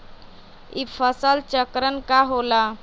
ई फसल चक्रण का होला?